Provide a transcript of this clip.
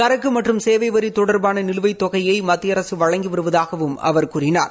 சரக்கு மற்றும் சேவை வரி தொடர்பான நிலுவைத் தொகையை மத்திய அரசு வழங்கி வருவதாகவும் அவர் கூறினார்